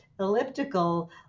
elliptical